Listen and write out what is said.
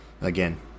again